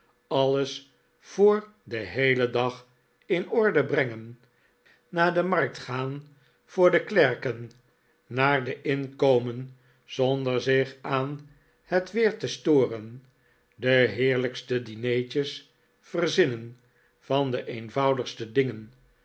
alles voor den heelen dag in orde brengen naar de markt gaan voor de klerken naar de inn komen zonder zich aan het weer te storen de heerlijkste dinertjes verzinnen van de eenvoudigste dingen